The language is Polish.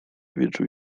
wieczór